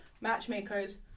matchmakers